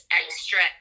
extra